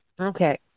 Okay